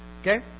Okay